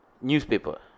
newspaper